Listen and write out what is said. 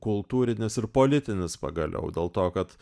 kultūrinis ir politinis pagaliau dėl to kad